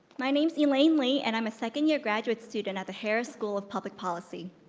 my name's elaine li, and i'm a second year graduate student at the harris school of public policy,